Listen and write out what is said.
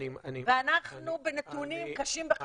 ואנחנו בנתונים קשים וחמורים.